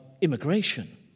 immigration